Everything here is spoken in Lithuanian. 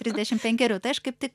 trisdešimt penkerių tai aš kaip tik